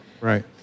Right